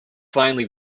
finally